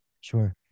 Sure